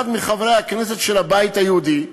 אחד מחברי הכנסת של הבית היהודי,